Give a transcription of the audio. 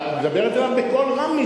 היא מדברת אליו בקול רם מדי.